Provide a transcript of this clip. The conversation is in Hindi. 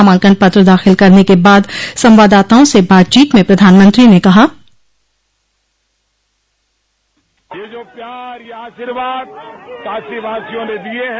नामांकन पत्र दाखिल करने के बाद संवाददाताओं से बातचीत में प्रधानमंत्री ने कहा ये जो प्यार ये आशीर्वाद काशीवासियों ने दिये हैं